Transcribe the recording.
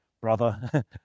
Brother